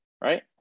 right